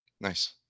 Nice